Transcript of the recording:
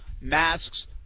masks